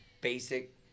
basic